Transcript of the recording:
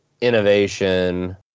innovation